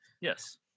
Yes